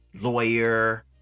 lawyer